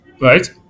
right